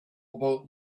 about